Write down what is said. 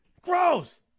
Gross